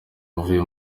avuye